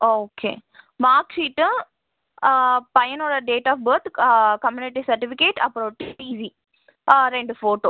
okay mark sheet பையனோட date of birth community certificate அப்புறம் TC ரெண்டு ஃபோட்டோ